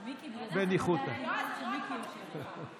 בגלל זה צריך לדעת לנאום כשמיקי יושב פה.